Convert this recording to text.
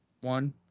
One